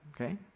Okay